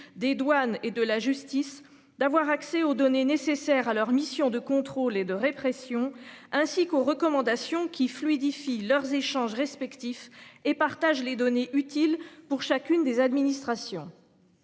des douanes et de la justice d'avoir accès aux données nécessaires à leur mission de contrôle et de répression, ainsi qu'aux recommandations qui fluidifie leurs échanges respectifs et partagent les données utiles pour chacune des administrations.